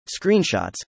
screenshots